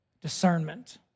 discernment